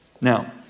Now